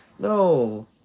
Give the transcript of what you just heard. No